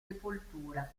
sepoltura